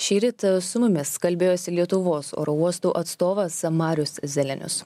šįryt su mumis kalbėjosi lietuvos oro uostų atstovas marius zelenius